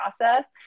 process